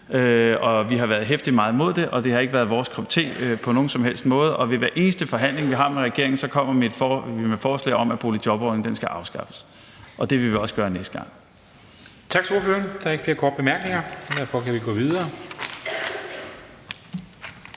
Vi har været heftigt meget imod det. Det har ikke på nogen som helst måde været vores kop te, og ved hver eneste forhandling, vi har med regeringen, kommer vi med forslag om, at boligjobordningen skal afskaffes, og det vil vi også gøre næste gang.